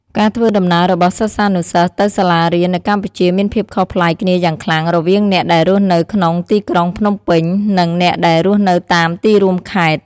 ការធ្វើដំណើររបស់សិស្សានុសិស្សទៅសាលារៀននៅកម្ពុជាមានភាពខុសប្លែកគ្នាយ៉ាងខ្លាំងរវាងអ្នកដែលរស់នៅក្នុងទីក្រុងភ្នំពេញនិងអ្នកដែលរស់នៅតាមទីរួមខេត្ត។